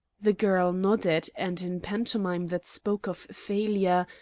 the girl nodded and, in pantomime that spoke of failure,